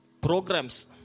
programs